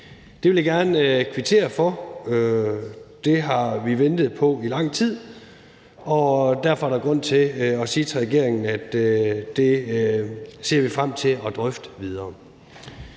Det vil jeg gerne kvittere for, det har vi ventet på i lang tid, og derfor er der grund til at sige til regeringen, at det ser vi frem til at drøfte videre.